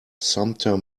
sumpter